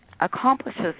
accomplishes